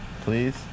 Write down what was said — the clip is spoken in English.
Please